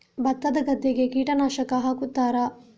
ಭತ್ತದ ಗದ್ದೆಗೆ ಕೀಟನಾಶಕ ಹಾಕುತ್ತಾರಾ?